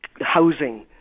housing